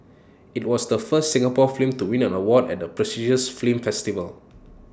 IT was the first Singapore film to win an award at the prestigious film festival